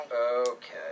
Okay